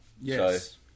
Yes